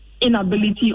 inability